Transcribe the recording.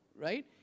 right